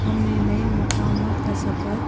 ہم نے نئے مقامات کا سفر